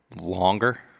longer